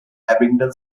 abingdon